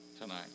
tonight